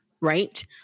right